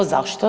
Zašto?